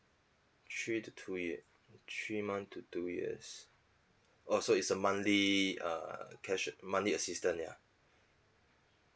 three to two year three months to two years oh so it's a monthly err cash monthly assistant ya